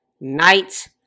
night